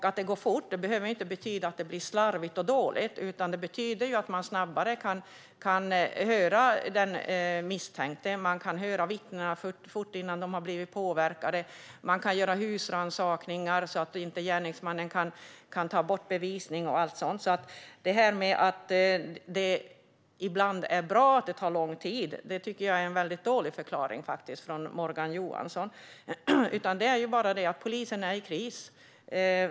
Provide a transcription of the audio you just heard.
Att det går fort behöver inte betyda att det blir slarvigt och dåligt, utan det betyder att man snabbare kan höra den misstänkte och att man kan höra vittnena innan de har blivit påverkade. Man kan dessutom göra husrannsakningar så att gärningsmannen inte kan ta bort bevisning. Att det ibland är bra att det tar lång tid tycker jag alltså är en dålig förklaring från Morgan Johansson. Polisen är i kris.